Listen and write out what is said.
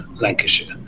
Lancashire